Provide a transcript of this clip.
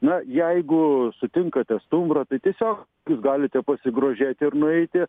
na jeigu sutinkate stumbrą tai tiesiog jūs galite pasigrožėti ir nueiti